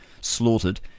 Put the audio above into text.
slaughtered